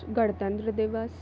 गणतंत्र दिवस